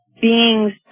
beings